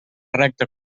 recta